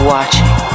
Watching